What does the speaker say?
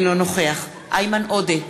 אינו נוכח איימן עודה,